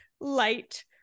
light